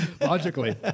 logically